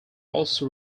also